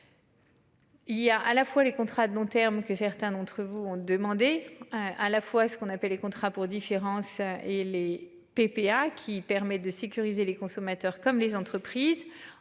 Il y a à la fois les contrats à long terme que certains d'entre vous ont demandé à la fois ce qu'on appelle les contrats pour différence et les PPA qui permet de sécuriser les consommateurs comme les entreprises